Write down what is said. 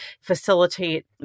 facilitate